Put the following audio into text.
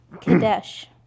Kadesh